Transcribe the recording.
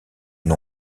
une